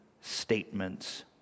statements